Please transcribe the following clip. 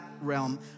realm